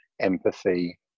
empathy